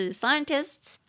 scientists